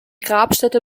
grabstätte